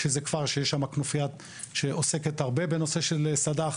שזה כפר שיש בו כנופיה שעוסקת הרבה בנושא של סד"ח.